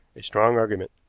a strong argument.